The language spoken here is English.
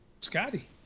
Scotty